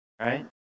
right